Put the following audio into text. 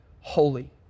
holy